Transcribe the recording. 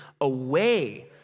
away